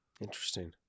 Interesting